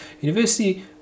University